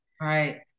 Right